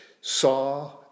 saw